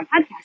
podcast